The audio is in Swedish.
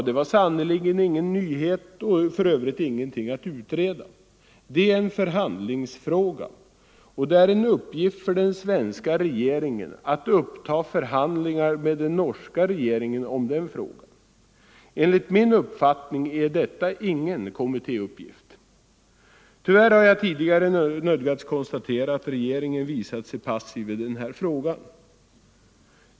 Det var sannerligen ingen nyhet och för övrigt ingenting att utreda. Det är en förhandlingsfråga, och det är en uppgift för den svenska regeringen att uppta förhandlingar med den norska regeringen om den frågan. Enligt min uppfattning är detta ingen kommittéuppgift. Tyvärr har jag tidigare nödgats konstatera att regeringen visat sig passiv i den här frågan.